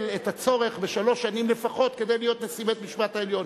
את הצורך בשלוש שנים לפחות כדי להיות נשיא בית-המשפט העליון.